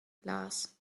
glas